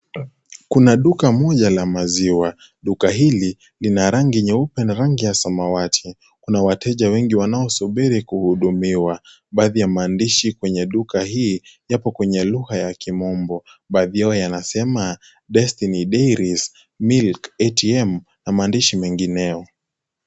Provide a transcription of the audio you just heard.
Kuna duka moja la maziwa, duka hili lina rangi nyeupe na rangi ya samawati, kuna wateja wengi wanaosubiri kuhudumiwa baadhi ya maandishi kwenye duka hii yapo kwenye lugha ya kimombo baadhi yao yanasema Destiny Dairies Milk ATM na maandishi mengineo.